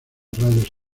rayos